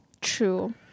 True